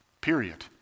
period